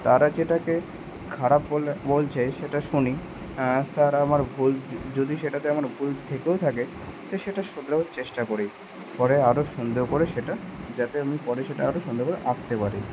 তারা যেটাকে খারাপ বলছে সেটা শুনি আজ তারা আমার ভুল যদি সেটাতে আমার ভুল থেকেও থাকে তো সেটা শুধরোবার চেষ্টা করি পরে আরও সুন্দর করে সেটা যাতে আমি পরে সেটা আরও সুন্দর করে আঁকতে পারি